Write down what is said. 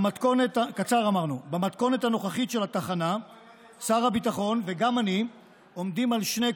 במתכונת הנוכחית של התחנה שר הביטחון וגם אני עומדים על שני עקרונות,